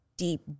deep